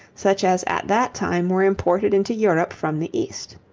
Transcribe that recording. such as at that time were imported into europe from the east.